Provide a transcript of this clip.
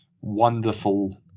wonderful